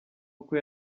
uko